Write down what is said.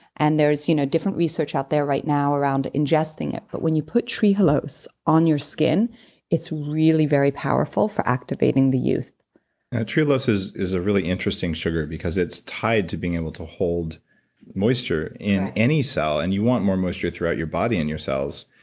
and there's you know different research out there right now around ingesting it, but when you put trehalose on your skin it's really very powerful for activating the youth trehalose is a ah really interesting sugar because it's tied to being be able to hold moisture in any cell, and you want more moisture throughout your body and your cells.